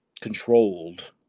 controlled